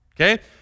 okay